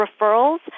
referrals